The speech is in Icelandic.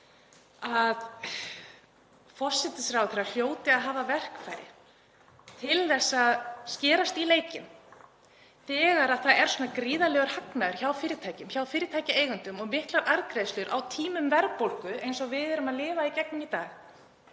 að forsætisráðherra hljóti að hafa verkfæri til að skerast í leikinn þegar það er svona gríðarlegur hagnaður hjá fyrirtækjum, hjá fyrirtækjaeigendum og miklar arðgreiðslur á tímum verðbólgu eins og við erum að ganga í gegnum í dag,